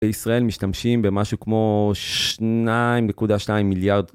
ישראל משתמשים במשהו כמו 2.2 מיליארד.